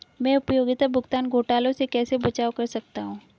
मैं उपयोगिता भुगतान घोटालों से कैसे बचाव कर सकता हूँ?